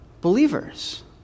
believers